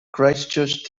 christchurch